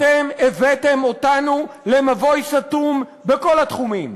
אתם הבאתם אותנו למבוי סתום בכל התחומים,